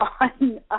on